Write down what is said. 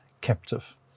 captive